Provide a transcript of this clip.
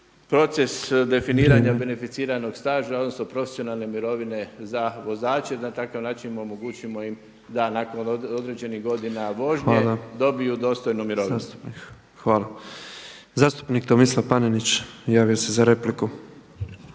proces definiranja beneficiranog staža, odnosno profesionalne mirovine za vozače, na takav način omogućimo im da nakon određenih godina vožnje dobiju dostojnu mirovinu. **Petrov, Božo (MOST)** Zastupnik Tomislav Panenić, javio se za repliku.